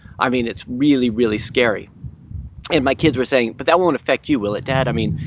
i mean it's really, really scary and my kids were saying, but that won't affect you, will it, dad? i mean,